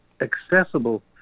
accessible